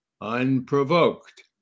unprovoked